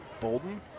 Bolden